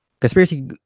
Conspiracy